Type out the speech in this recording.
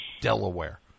Delaware